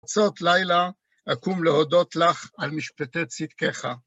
חצות לילה אקום להודות לך על משפטי צדקך.